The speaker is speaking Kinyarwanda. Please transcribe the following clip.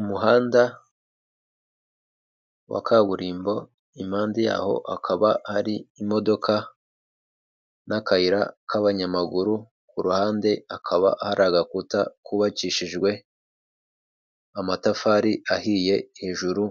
Umuhanda wa kaburimbo impande yaho hakaba hari imodoka n'akayira k'abanyamaguru, ku ruhande hakaba hari agakuta kubabakishijwe amatafari ahiye hejuru